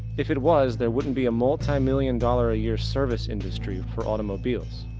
if it was, there wouldn't be a multi-million dollar a year service industry for automobiles.